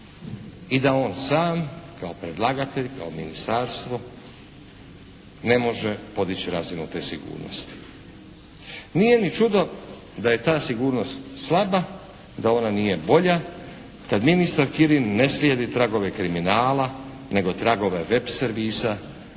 i da on sam kao predlagatelj, kao ministarstvo ne može podići razinu te sigurnosti. Nije ni čudo da je ta sigurnost slaba, da ona nije bolja kad ministar Kirin ne slijedi tragove kriminala, nego tragove web servisa